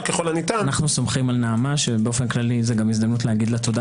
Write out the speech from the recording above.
אנו סומכים על נעמה שזו גם הזדמנות לומר לה תודה